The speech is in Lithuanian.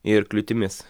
ir kliūtimis